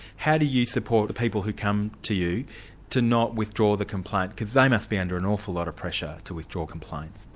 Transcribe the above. how do you support the people who come to you to not withdraw the complaint, because they must be under an awful lot of pressure to withdraw complaints.